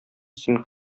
син